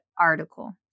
article